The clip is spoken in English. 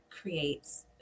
creates